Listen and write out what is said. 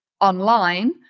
online